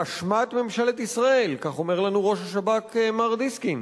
באשמת ממשלת ישראל כך אומר לנו ראש השב"כ מר דיסקין,